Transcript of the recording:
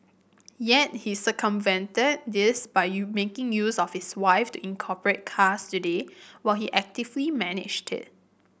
yet he circumvented this by you making use of his wife to incorporate Cars Today while he actively managed it